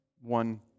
one